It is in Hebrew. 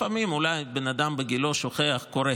לפעמים אולי בן אדם בגילו שוכח, קורה.